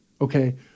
Okay